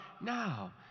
now